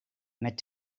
met